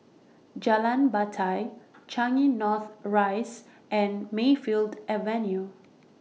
Jalan Batai Changi North Rise and Mayfield Avenue